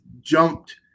jumped –